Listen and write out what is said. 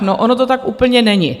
No, ono to tak úplně není.